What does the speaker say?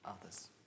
others